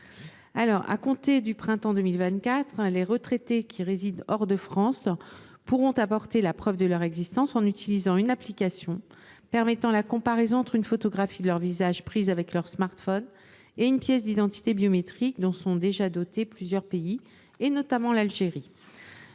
À compter du printemps 2024, les retraités résidant hors de France pourront apporter la preuve de leur existence en utilisant une application permettant la comparaison entre une photographie de leur visage prise avec leur smartphone et une pièce d’identité biométrique, dont sont déjà dotés plusieurs pays, parmi lesquels l’Algérie.